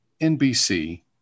NBC